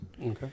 Okay